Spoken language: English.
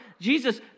Jesus